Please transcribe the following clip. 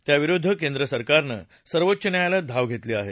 त्याविरुद्ध केंद्रसरकारनं सर्वोच्च न्यायालयात धाव घेतली आहे